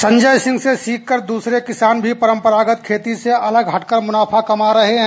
संजय सिंह से सीख कर दूसरे किसान भी परम्परागत खेती से अलग हटकर मुनाफा कमा रहे है